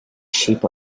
sheep